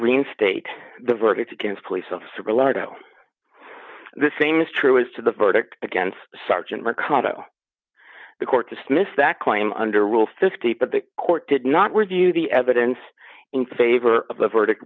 reinstate the verdicts against police of civil lardo the same is true as to the verdict against sergeant macondo the court dismissed that claim under rule fifty but the court did not review the evidence in favor of the verdict